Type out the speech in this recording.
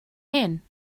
hyn